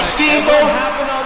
Steamboat